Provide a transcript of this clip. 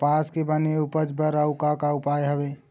कपास के बने उपज बर अउ का का उपाय हवे?